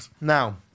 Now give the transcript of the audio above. now